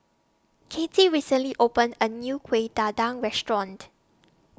Katy recently opened A New Kueh Dadar Restaurant